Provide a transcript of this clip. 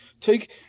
Take